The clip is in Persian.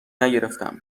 نگرفتم